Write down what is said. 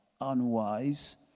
unwise